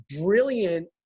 brilliant